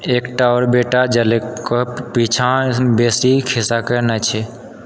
एकटा आओर बेटा जालौकाके पीछा बेसी खिस्सा नहि छैक